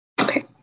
Okay